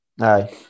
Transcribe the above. Aye